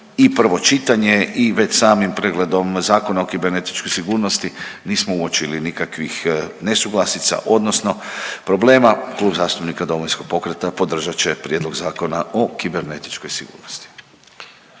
i 1. čitanje i već samim pregledom Zakona o kibernetičkoj sigurnosti, nismo uočili nikakvih nesuglasica odnosno problema, Klub zastupnika Domovinskog pokreta, podržat će Prijedlog Zakona o kibernetičkoj sigurnosti.